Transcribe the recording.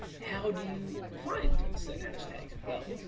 how do you find set hashtags? well,